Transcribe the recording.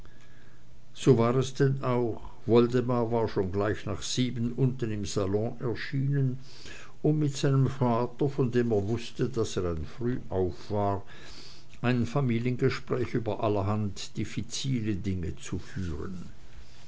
so war es denn auch woldemar war schon gleich nach sieben unten im salon erschienen um mit seinem vater von dem er wußte daß er ein frühauf war ein familiengespräch über allerhand diffizile dinge zu führen